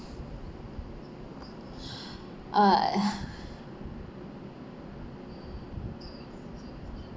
uh